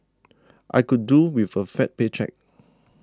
I could do with a fat paycheck